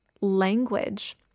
language